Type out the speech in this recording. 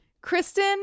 Kristen